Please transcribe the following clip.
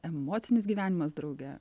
emocinis gyvenimas drauge